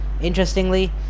interestingly